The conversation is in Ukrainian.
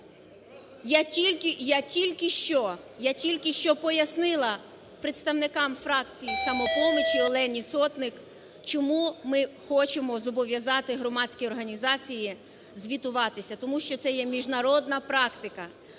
Я тільки що пояснила представникам фракції "Самопоміч" Олені Сотник, чому ми хочемо зобов'язати громадські організації звітуватися: тому що це є міжнародна практика.